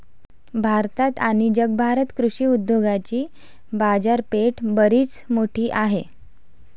भारतात आणि जगभरात कृषी उद्योगाची बाजारपेठ बरीच मोठी आहे